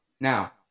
Now